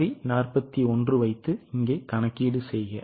வரி 41வைத்து இங்கே கணக்கீடு செய்க